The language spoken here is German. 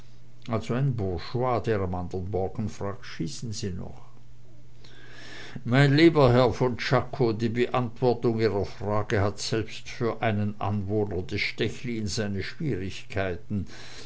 schießen sie noch mein lieber herr von czako die beantwortung ihrer frage hat selbst für einen anwohner des stechlin seine schwierigkeiten